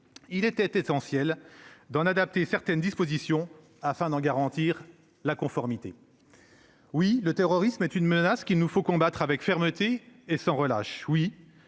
il est essentiel d'en adapter certaines dispositions, afin d'en garantir la conformité. Oui, le terrorisme est une menace qu'il nous faut combattre avec fermeté et sans relâche.